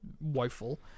woeful